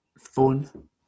phone